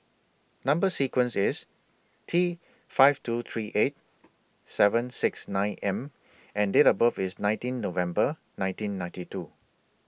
Number sequence IS T five two three eight seven six nine M and Date of birth IS nineteen November nineteen ninety two